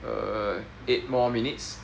err eight more minutes